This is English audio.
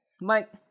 Mike